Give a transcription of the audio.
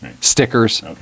stickers